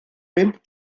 bum